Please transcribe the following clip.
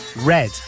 Red